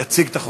יציג את החוק,